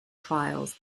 trials